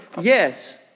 Yes